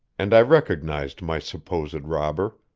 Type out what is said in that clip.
and i recognized my supposed robber.